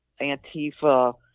Antifa